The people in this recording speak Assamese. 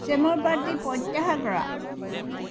চেমৰ পাৰ্টি প্ৰত্যাহাৰ কৰা